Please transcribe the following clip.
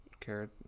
carrot